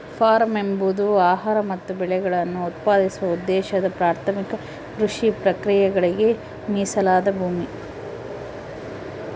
form ಎಂಬುದು ಆಹಾರ ಮತ್ತು ಬೆಳೆಗಳನ್ನು ಉತ್ಪಾದಿಸುವ ಉದ್ದೇಶದ ಪ್ರಾಥಮಿಕ ಕೃಷಿ ಪ್ರಕ್ರಿಯೆಗಳಿಗೆ ಮೀಸಲಾದ ಭೂಮಿ